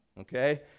Okay